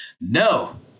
No